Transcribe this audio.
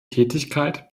tätigkeit